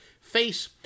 face